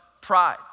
pride